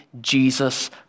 Jesus